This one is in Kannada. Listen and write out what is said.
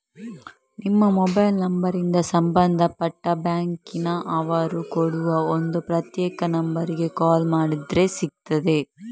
ನಿಮ್ಮ ಮೊಬೈಲ್ ನಂಬರಿಂದ ಸಂಬಂಧಪಟ್ಟ ಬ್ಯಾಂಕಿನ ಅವರು ಕೊಡುವ ಒಂದು ಪ್ರತ್ಯೇಕ ನಂಬರಿಗೆ ಕಾಲ್ ಮಾಡಿದ್ರೆ ಸಿಗ್ತದೆ